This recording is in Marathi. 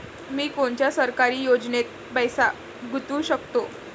मी कोनच्या सरकारी योजनेत पैसा गुतवू शकतो?